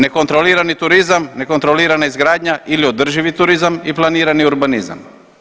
Nekontrolirani turizam, nekontrolirana izgradnja ili održivi turizam i planirani urbanizam?